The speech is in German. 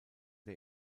der